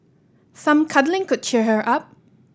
some cuddling could cheer her up